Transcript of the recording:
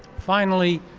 finally,